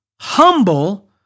humble